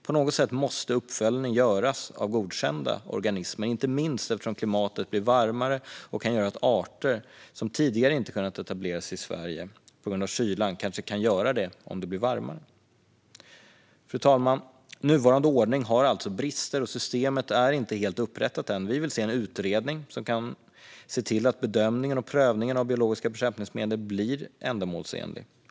På något sätt måste uppföljning göras av godkända organismer, inte minst eftersom klimatet blir varmare och kan göra att arter som tidigare inte har kunnat etablera sig i Sverige på grund av kylan kanske kan göra det om det blir varmare. Fru talman! Nuvarande ordning har alltså brister, och systemet är inte helt upprättat än. Vi vill se en utredning som kan se till att bedömningen och prövningen av biologiska bekämpningsmedel blir ändamålsenlig.